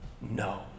No